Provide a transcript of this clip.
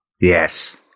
Yes